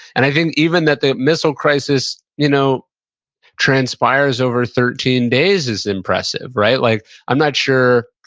and i think, even that the missile crisis you know transpires over thirteen days is impressive, right? like, i'm not sure